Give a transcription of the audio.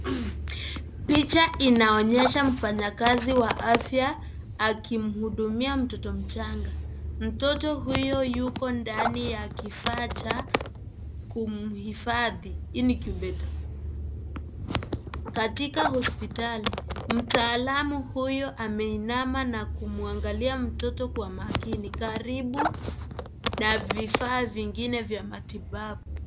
Picha inaonyesha mfanyikazi wa afya akimhudumia mtoto mchanga . Moto huyo Yuko ndani ya kifaa cha kumhifadhi (CS)incubator(CS ),katika hospitali mtaalamu huyu ameinama na kuangalia mtoto kwa umakini karibu na vifaa vingine vya matibabu.